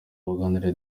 wunganira